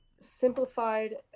simplified